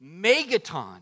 megaton